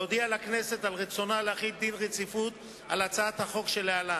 להודיע לכנסת על רצונה להחיל דין רציפות על הצעת החוק שלהלן.